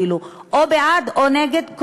או בעד או נגד,